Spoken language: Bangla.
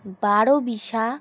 বারোবিশা